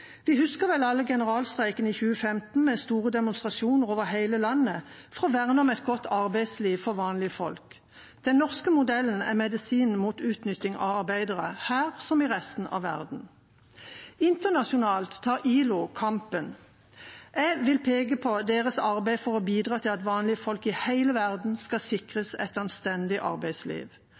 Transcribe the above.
Vi husker vel alle generalstreiken i 2015, med store demonstrasjoner over hele landet for å verne om et godt arbeidsliv for vanlige folk. Den norske modellen er medisinen mot utnytting av arbeidere – her som i resten av verden. Internasjonalt tar ILO kampen. Jeg vil peke på deres arbeid for å bidra til at vanlige folk i hele verden skal sikres et anstendig arbeidsliv.